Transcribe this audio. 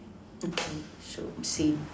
okay so same